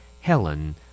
Helen